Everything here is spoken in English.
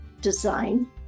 Design